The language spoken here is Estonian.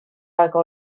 aega